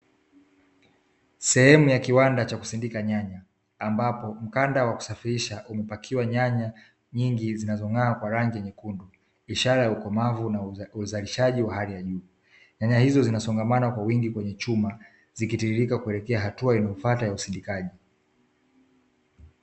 Sehemu ya kiwanda cha kusindika nyanya ambapo ukanda wa kusafirisha umepakia nyanya nyingi zinazong'aa kwa rangi nyekundu ishara ya ukomavu na uzalishaji wa hali ya juu nyanya hizo zikisongamana kwa wingi kwenye chumba zikitiririka kuelekea hatua hatua inayofuata ya usindikaji.